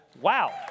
Wow